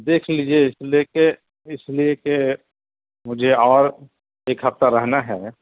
دیکھ لیجیے اس لیے کہ اس لیے کہ مجھے اور ایک ہفتہ رہنا ہے